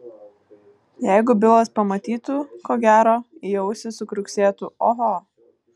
jeigu bilas pamatytų ko gero į ausį sukriuksėtų oho